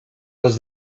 was